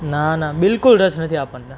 ના ના બિલકુલ રસ નથી આપણને